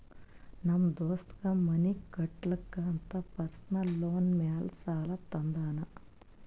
ನಮ್ ದೋಸ್ತಗ್ ಮನಿ ಕಟ್ಟಲಾಕ್ ಅಂತ್ ಪರ್ಸನಲ್ ಲೋನ್ ಮ್ಯಾಲೆ ಸಾಲಾ ತಂದಾನ್